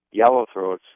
yellowthroats